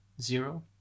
Zero